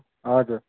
हजुर